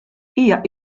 hija